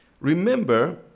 remember